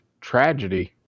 tragedy